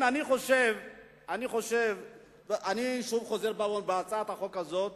אני שוב אומר שהצעת החוק הזאת,